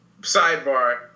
sidebar